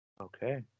Okay